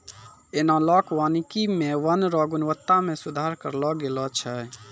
एनालाँक वानिकी मे वन रो गुणवत्ता मे सुधार करलो गेलो छै